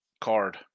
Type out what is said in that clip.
card